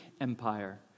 empire